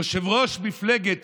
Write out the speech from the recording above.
יושב-ראש מפלגת